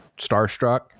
starstruck